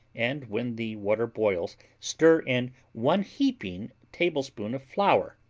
and when the water boils, stir in one heaping tablespoonful of flour.